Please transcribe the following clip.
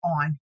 on